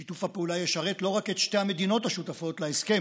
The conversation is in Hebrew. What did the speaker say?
שיתוף הפעולה ישרת לא רק את שתי המדינות השותפות להסכם,